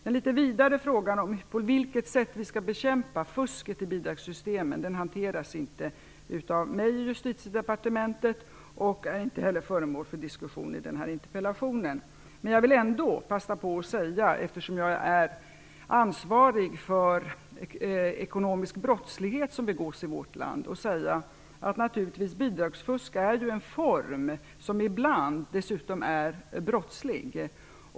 Den litet vidare frågan om på vilket sätt vi skall bekämpa fusket i bidragssystemen hanteras inte av mig i Justitiedepartementet och är heller inte föremål för diskussion i denna interpellation. Men eftersom ekonomisk brottslighet som begås i vårt land ligger inom mitt ansvarsområde, vill jag passa på att säga att bidragsfusk är en form av fusk som ju ibland dessutom är brottslig.